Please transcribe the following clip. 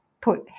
put